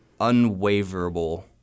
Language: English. unwaverable